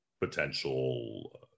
potential